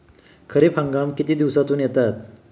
खरीप हंगाम किती दिवसातून येतात?